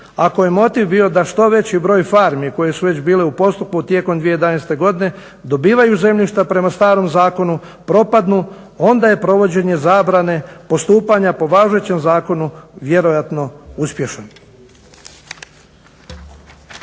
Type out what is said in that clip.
Ako je motiv bio da što veći broj farmi koje su već bile u postupku tijekom 2011. godine dobivaju zemljišta prema starom zakonu propadnu, onda je provođenje zabrane postupanja po važećem zakonu vjerojatno uspješan.